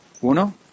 Uno